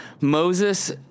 Moses